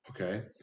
okay